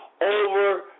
over